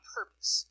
Purpose